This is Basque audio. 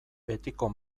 betiko